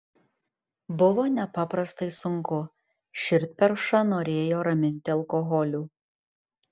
buvo nepaprastai sunku širdperšą norėjo raminti alkoholiu